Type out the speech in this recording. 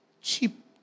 cheap